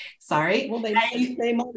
Sorry